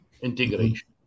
integration